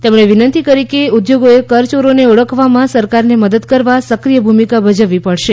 તેમણે વિનંતી કરી કે ઉદ્યોગોએ કરચોરોને ઓળખવામાં સરકારને મદદ કરવા સક્રિય ભૂમિકા ભજવવી પડશે